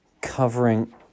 covering